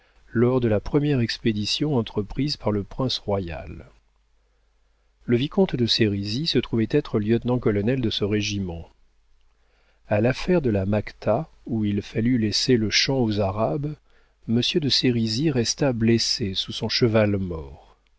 lors de la première expédition entreprise par le prince royal le vicomte de sérisy se trouvait être lieutenant-colonel de ce régiment a l'affaire de la macta où il fallut laisser le champ aux arabes monsieur de sérisy resta blessé sous son cheval mort